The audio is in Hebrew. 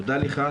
תודה לך.